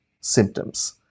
symptoms